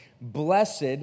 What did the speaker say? Blessed